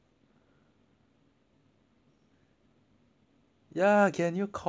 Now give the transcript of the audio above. ya get a new comp dude it's worth